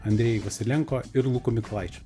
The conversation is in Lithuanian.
andrej vasilenko ir luku mykolaičiu